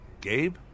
Gabe